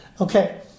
Okay